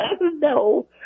No